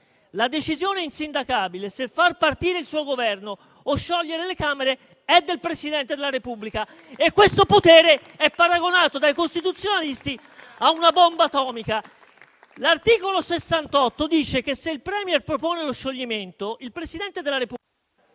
la decisione insindacabile se far partire il suo Governo o sciogliere le Camere è del Presidente della Repubblica, e questo potere è paragonato dai costituzionalisti a una bomba atomica. L'articolo 68 dice che se il *Premier* propone lo scioglimento, il Presidente della Repubblica...